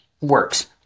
works